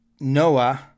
Noah